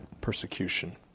persecution